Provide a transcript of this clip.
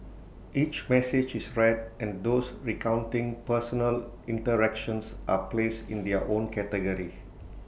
each message is read and those recounting personal interactions are placed in their own category